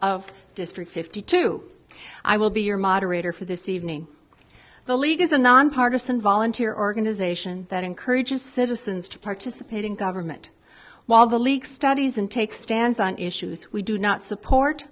of district fifty two i will be your moderator for this evening the league is a nonpartisan volunteer organization that encourages citizens to participate in government while the leaks studies and take stands on issues we do not support